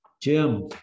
Jim